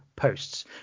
posts